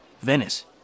Venice